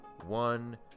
one